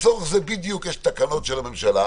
לצורך זה בדיוק יש תקנות של הממשלה,